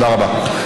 תודה רבה.